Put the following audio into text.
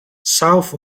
south